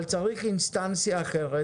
אבל צריך אינסטנציה אחרת,